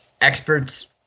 experts